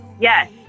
yes